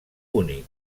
únic